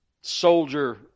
soldier